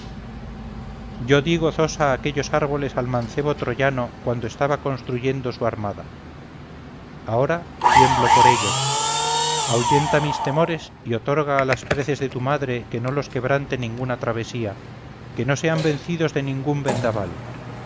yo di gozosa aquellos árboles al mancebo troyano cuando estaba construyendo su armada ahora tiemblo por ellos ahuyenta mis temores y otorga a las preces de tu madre que no los quebrante ninguna travesía que no sean vencidos de ningún vendaval